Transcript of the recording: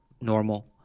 normal